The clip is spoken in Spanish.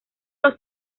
los